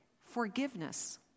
Forgiveness